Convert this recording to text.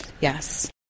Yes